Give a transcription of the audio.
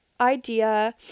idea